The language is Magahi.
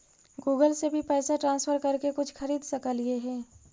गूगल से भी पैसा ट्रांसफर कर के कुछ खरिद सकलिऐ हे?